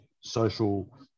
social